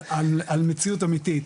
על מציאות אמיתית.